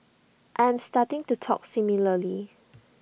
I am starting to talk similarly